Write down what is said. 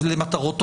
זה למטרות טובות,